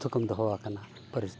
ᱛᱷᱩᱠᱟᱢ ᱫᱚᱦᱚᱣ ᱟᱠᱟᱱᱟ ᱯᱟᱹᱨᱤᱥ ᱫᱚ